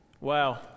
wow